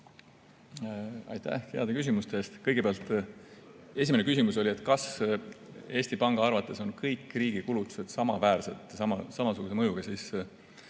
Aitäh heade küsimuste eest! Kõigepealt, esimene küsimus oli, kas Eesti Panga arvates on kõik riigi kulutused samaväärsed või samasuguse mõjuga.